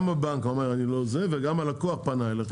גם הבנק אומר וגם הלקוח פנה אליכם.